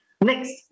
Next